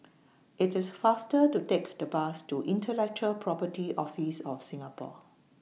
IT IS faster to Take The Bus to Intellectual Property Office of Singapore